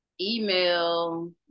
email